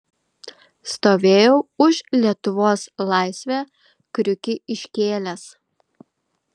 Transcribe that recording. stovėjau už lietuvos laisvę kriukį iškėlęs